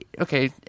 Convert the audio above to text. okay